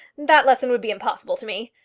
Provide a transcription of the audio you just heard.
that lesson would be impossible to me.